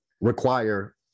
require